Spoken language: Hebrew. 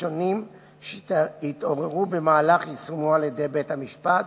שונים שהתעוררו במהלך יישומו על-ידי בית-המשפט